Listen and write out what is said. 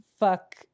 fuck